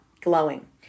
glowing